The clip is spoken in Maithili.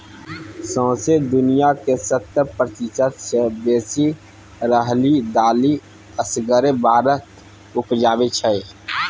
सौंसे दुनियाँक सत्तर प्रतिशत सँ बेसी राहरि दालि असगरे भारत उपजाबै छै